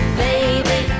baby